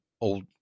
old